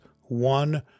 one